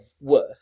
worth